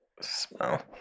Smell